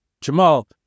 Jamal